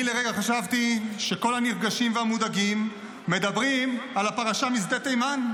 אני לרגע חשבתי שכל הנרגשים והמודאגים מדברים על הפרשה משדה תימן,